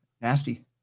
nasty